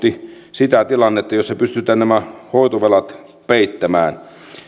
sitä tilannetta jossa pystytään nämä hoitovelat peittämään